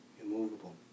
immovable